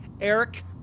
Eric